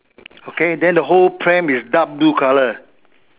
okay then the whole pram is dark blue colour